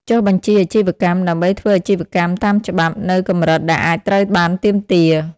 ចុះបញ្ជីអាជីវកម្ម ដើម្បីធ្វើអាជីវកម្មតាមច្បាប់ នៅកម្រិតដែលអាចត្រូវបានទាមទារ។